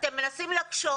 אתם מנסים להקשות.